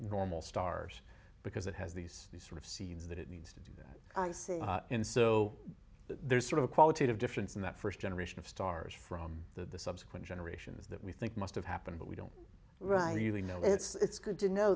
normal stars because it has these sort of seeds that it needs to do that in so there's sort of a qualitative difference in that first generation of stars from the subsequent generations that we think must have happened but we don't right even know it's good to know